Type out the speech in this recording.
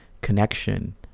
connection